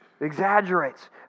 Exaggerates